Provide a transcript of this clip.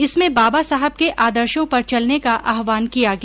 इसमें बाबा साहब के आदर्शो पर चलने का आहवान किया गया